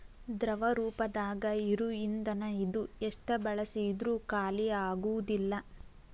ದ್ರವ ರೂಪದಾಗ ಇರು ಇಂದನ ಇದು ಎಷ್ಟ ಬಳಸಿದ್ರು ಖಾಲಿಆಗುದಿಲ್ಲಾ